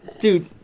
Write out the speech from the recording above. Dude